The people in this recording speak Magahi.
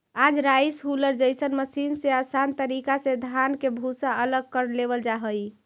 आज राइस हुलर जइसन मशीन से आसान तरीका से धान के भूसा अलग कर लेवल जा हई